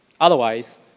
Otherwise